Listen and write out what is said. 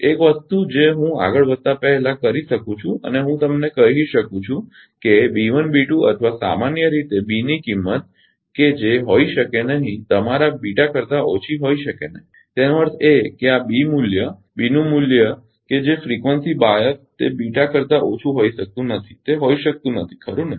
એક વસ્તુ જે હું આગળ વધતા પહેલાં કરી શકું છું હું તમને કહી શકું છું કે અથવા સામાન્ય રીતે બી ની કિંમત કે જે હોઇ શકે નહીં તમારા કરતાં ઓછી હોઇ શકે નહીં તેનો અર્થ એ કે આ બી મૂલ્ય બીનું મૂલ્ય કે જે ફ્રીકવંસી બાયસ તે કરતાં ઓછું હોઈ શકતું નથી તે હોઈ શકતું નથી ખરુ ને